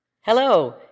hello